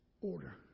order